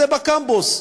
היא בקמפוס.